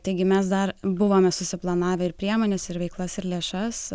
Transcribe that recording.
taigi mes dar buvome susiplanavę ir priemones ir veiklas ir lėšas